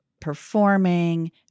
performing